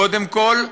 קודם כול,